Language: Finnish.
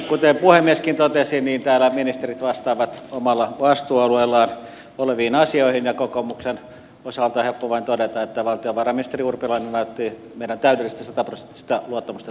kuten puhemieskin totesi täällä ministerit vastaavat omalla vastuualueellaan oleviin asioihin ja kokoomuksen osalta on helppo vain todeta että valtiovarainministeri urpilainen nauttii meidän täydellistä sataprosenttista luottamustamme tämän asian hoitamisessa